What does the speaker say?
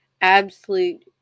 Absolute